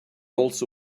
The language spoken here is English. also